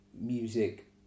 music